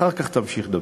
ואחר כך תמשיך לדבר,